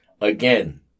Again